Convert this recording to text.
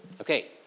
Okay